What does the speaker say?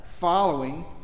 following